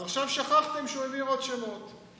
אז עכשיו שכחתם שהוא העביר עוד שמות מהפרקליטות.